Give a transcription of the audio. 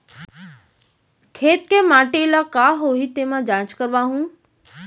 खेत के माटी ल का होही तेमा जाँच करवाहूँ?